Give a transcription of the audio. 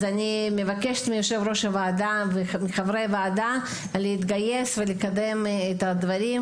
אני מבקשת מיושב-ראש הוועדה ומחברי הוועדה להתגייס ולקדם את הדברים,